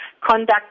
conduct